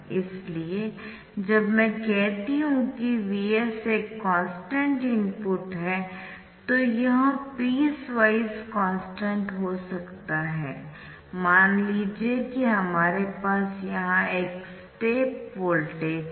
इसलिए जब मैं कहती हूं कि Vs एक कॉन्स्टन्ट इनपुट है तो यह पीसवाइज कॉन्स्टन्ट हो सकता है मान लीजिए कि हमारे पास यहां एक स्टेप वोल्टेज है